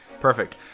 perfect